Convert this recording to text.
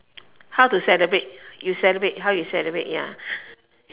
how to celebrate you celebrate how you celebrate ya